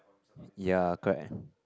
ya correct